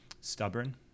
stubborn